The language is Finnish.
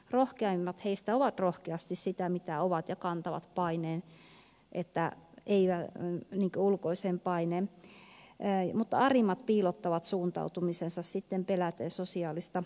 rohkeimmat heistä ovat rohkeasti sitä mitä ovat ja kantavat ulkoisen paineen mutta arimmat piilottavat suuntautumisensa peläten sosiaalista painostusta